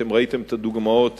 אתם ראיתם את הדוגמאות